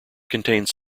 contains